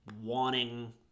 wanting